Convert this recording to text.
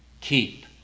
keep